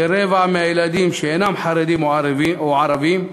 שרבע מהילדים שאינם חרדים או ערבים,